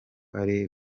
ari